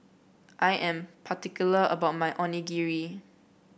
I am particular about my Onigiri